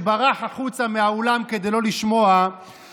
שברח החוצה מהאולם כדי לא לשמוע,